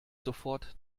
sofort